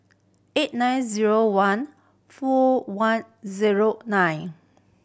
eight nine zero one four one zero nine